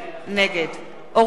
נגד אורית זוארץ,